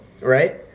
right